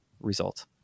result